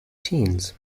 teens